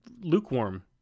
lukewarm